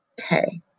Okay